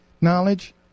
knowledge